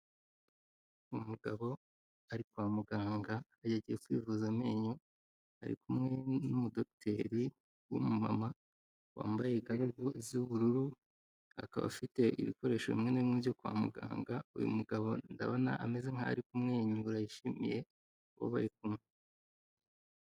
Umugabo ari kwa muganga yagiye kwivuza amenyo ari kumwe n'umudogiteri w'umumama wambaye ga z'ubururu akaba afite ibikoresho bimwe na bimwe byo kwa muganga, uyu mugabo ndabona ameze nkaho ari kumwenyura yishimiye uwo bari kumwe.